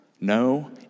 no